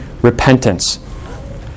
Repentance